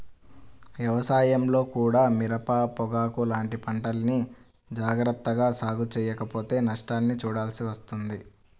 వ్యవసాయంలో కూడా మిరప, పొగాకు లాంటి పంటల్ని జాగర్తగా సాగు చెయ్యకపోతే నష్టాల్ని చూడాల్సి వస్తుంది